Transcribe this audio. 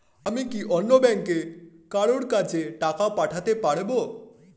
আমি কি অন্য ব্যাংকের কারো কাছে টাকা পাঠাতে পারেব?